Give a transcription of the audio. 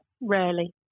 rarely